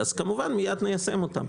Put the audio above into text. אנחנו מיד ניישם אותן.